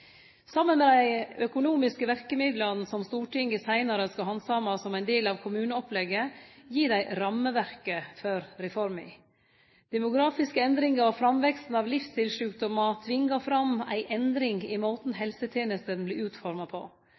Saman med dei økonomiske verkemidla som Stortinget seinare skal handsame som ein del av kommuneopplegget, gir dei rammeverket for reforma. Demografiske endringar og framveksten av livsstilssjukdommar tvingar fram ei endring i måten helsetenestene vert utforma på.